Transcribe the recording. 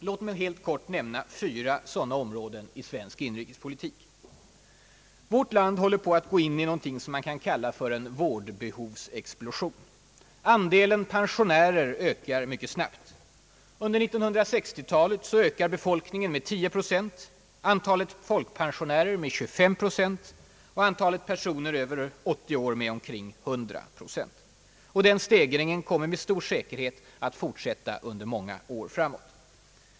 Låt mig helt kort nämna fyra sådana områden i svensk inrikespolitik. Vårt land håller på att gå in i någonting som man kan kalla för en vårdbehovsexplosion. Andelen pensionärer ökar mycket snabbt. Under 1960-talet ökar befolkningen med 10 procent, antalet folkpensionärer med 25 procent och antalet personer över 80 år med omkring 100 procent. Och den stegringen kommer med stor säkerhet att fortsätta under många år.